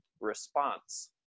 response